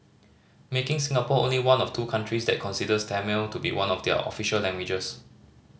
making Singapore only one of two countries that considers Tamil to be one of their official languages